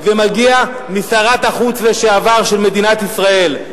זה מגיע משרת החוץ לשעבר של מדינת ישראל.